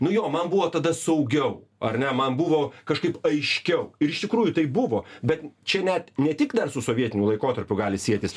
nu jo man buvo tada saugiau ar ne man buvo kažkaip aiškiau ir iš tikrųjų taip buvo bet čia net ne tik su sovietiniu laikotarpiu gali sietis